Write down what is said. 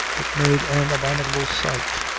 it made an abominable sight.